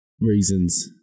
reasons